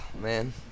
Man